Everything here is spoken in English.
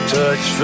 touch